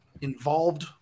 involved